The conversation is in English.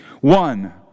One